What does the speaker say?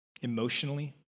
emotionally